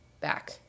back